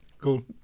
Cool